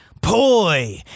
poi